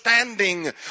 understanding